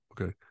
Okay